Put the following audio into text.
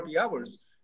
hours